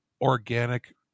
organic